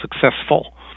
successful